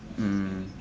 mm